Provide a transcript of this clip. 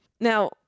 Now